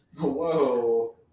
whoa